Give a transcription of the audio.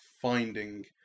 finding